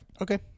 Okay